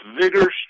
vigor